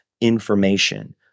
information